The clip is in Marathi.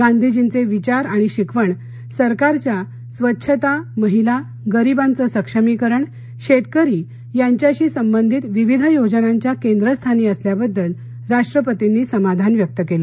गांधीजींचे विचार आणि शिकवण सरकारच्या स्वच्छता महिला गरीबांचं सक्षमीकरण शेतकरी यांच्याशी संबंधित विविध योजनांच्या केंद्रस्थानी असल्याबद्दल राष्ट्रपतींनी समाधान व्यक्त केलं